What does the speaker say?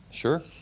sure